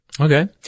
Okay